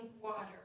water